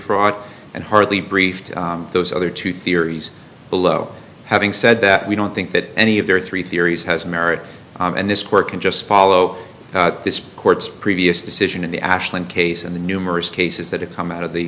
fraud and hardly brief to those other two theories below having said that we don't think that any of their three theories has merit and this court can just follow this court's previous decision in the ashland case and the numerous cases that have come out of the